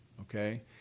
okay